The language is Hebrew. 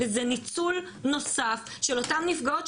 זה ניצול נוסף של אותן נפגעות,